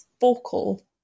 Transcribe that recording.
vocal